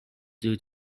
due